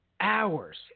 Hours